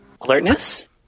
alertness